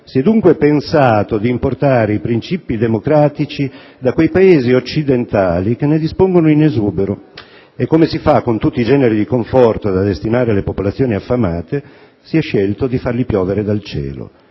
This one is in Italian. si è dunque pensato di importare i princìpi democratici da quei Paesi occidentali che ne dispongono in esubero e, come si fa con tutti i generi di conforto da destinare alle popolazioni affamate, si è scelto di farli piovere dal cielo,